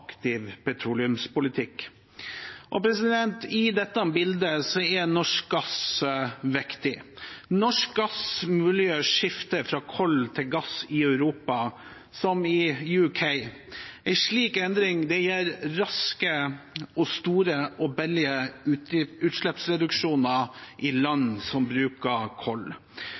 aktiv petroleumspolitikk. I dette bildet er norsk gass viktig. Norsk gass muliggjør et skifte fra kull til gass i Europa, som i Storbritannia. En slik endring gir raske, store og billige utslippsreduksjoner i land som bruker